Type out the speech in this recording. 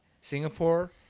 Singapore